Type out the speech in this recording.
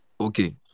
Okay